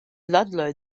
ludlow